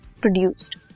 produced